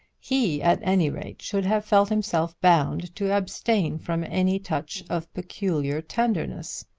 he at any rate should have felt himself bound to abstain from any touch of peculiar tenderness.